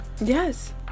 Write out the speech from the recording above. yes